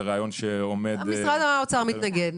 משרד האוצר מתנגד.